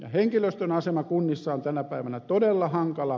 henkilöstön asema kunnissa on tänä päivänä todella hankala